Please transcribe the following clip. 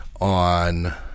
on